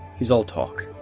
he's all talk.